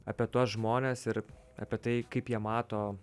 apie tuos žmones ir apie tai kaip jie mato